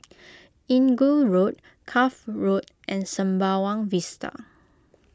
Inggu Road Cuff Road and Sembawang Vista